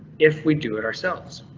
if we do it ourselves,